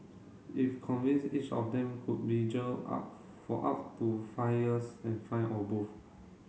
if convince each of them could be jailed up for up to five years and fined or both